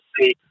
see